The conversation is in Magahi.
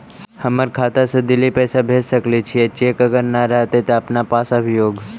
हमर खाता से दिल्ली पैसा भेज सकै छियै चेक अगर नय रहतै अपना पास अभियोग?